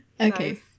Okay